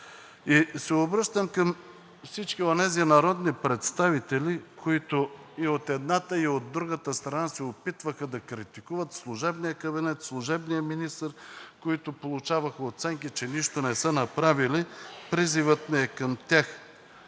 Обръщам се към всички онези народни представители, които и от едната, и от другата страна се опитваха да критикуват служебния кабинет, служебния министър, които получаваха оценки, че нищо не са направили. И призивът ми е към тях.